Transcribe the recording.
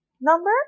number